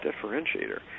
differentiator